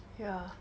yeah